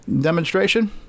demonstration